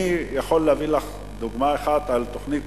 אני יכול להביא לך דוגמה אחת על תוכנית